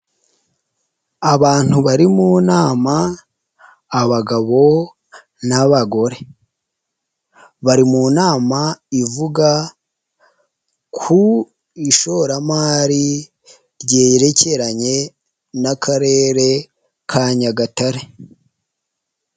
Abantu bari mu nama abagabo n'abagore, bari mu nama ivuga ku ishoramari ryerekeranye n'Akarere ka Nyagatare.